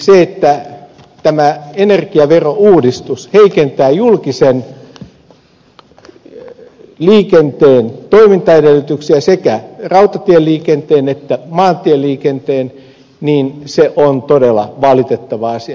se että tämä energiaverouudistus heikentää julkisen liikenteen sekä rautatieliikenteen että maantieliikenteen toimintaedellytyksiä on todella valitettava asia